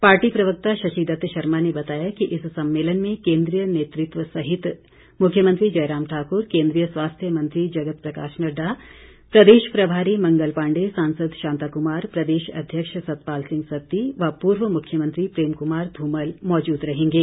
party प्रवक्ता शशिदत्त शर्मा ने बताया कि इस सम्मेलन में केंद्रीय नेतृत्व सहित मुख्यमंत्री जयराम ठाकूर केंद्रीय स्वास्थ्य मंत्री जगत प्रकाश नड्डा प्रदेश प्रभारी मंगल पांडे सांसद शांताकुमार प्रदेश अध्यक्ष सतपाल सिंह सत्ती व पूर्व मुख्यमंत्री प्रेम कुमार धूमल मौजूद रहेंगे